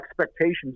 expectations